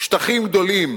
שטחים גדולים